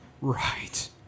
Right